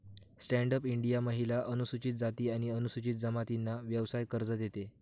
stand up India महिला, अनुसूचित जाती आणि अनुसूचित जमातींना व्यवसाय कर्ज देते